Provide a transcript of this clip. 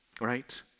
right